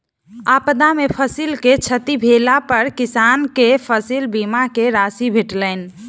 आपदा में फसिल के क्षति भेला पर किसान के फसिल बीमा के राशि भेटलैन